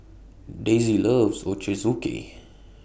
Daisey loves Ochazuke